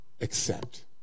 accept